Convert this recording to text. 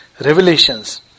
revelations